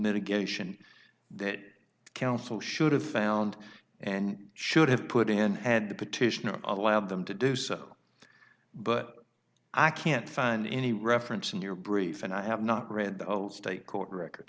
mitigation that counsel should have found and should have put in had the petitioner allowed them to do so but i can't find any reference in your brief and i have not read the whole state court record